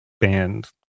band